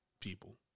people